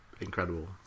incredible